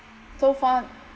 so far